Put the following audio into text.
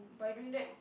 by doing that